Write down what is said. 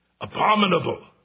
abominable